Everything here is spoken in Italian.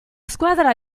squadra